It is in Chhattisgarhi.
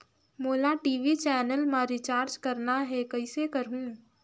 मोला टी.वी चैनल मा रिचार्ज करना हे, कइसे करहुँ?